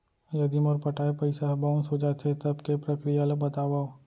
यदि मोर पटाय पइसा ह बाउंस हो जाथे, तब के प्रक्रिया ला बतावव